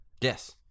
Yes